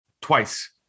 twice